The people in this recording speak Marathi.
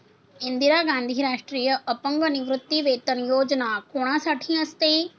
इंदिरा गांधी राष्ट्रीय अपंग निवृत्तीवेतन योजना कोणासाठी असते?